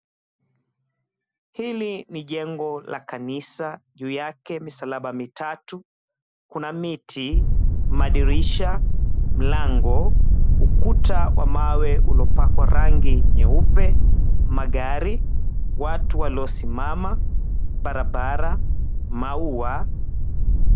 Hili ni jengo la kanisa, juu yake misalaba mitatu. Kuna miti, madirisha, mlango, ukuta wa mawe uliopakwa rangi nyeupe, magari, watu waliosimama, barabara, maua.